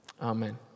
amen